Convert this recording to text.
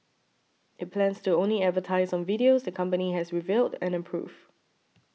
it plans to only advertise on videos the company has reviewed and approved